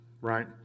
Right